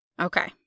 Okay